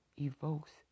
evokes